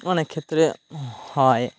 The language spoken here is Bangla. অনেক ক্ষেত্রে হয়